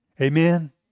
Amen